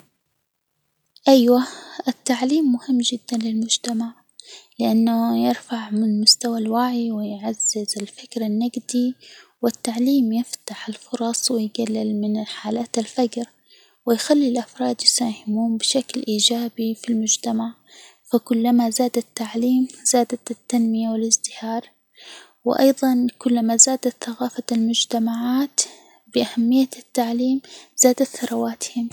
أيوة، التعليم مهم جدًا للمجتمع لأنه يرفع من مستوى الوعي، ويعزز الفكر النجدي، والتعليم يفتح الفرص، ويجلل من حالات الفجر، ويخلي الأفراد يساهمون بشكل إيجابي في المجتمع، فكلما زاد التعليم، زادت التنمية، والازدهار، وأيضًا كلما زادت ثجافة المجتمعات بأهمية التعليم، زادت ثرواتهم.